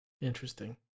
Interesting